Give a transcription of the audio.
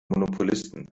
monopolisten